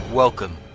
Welcome